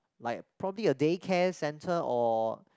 like probably a day care centre or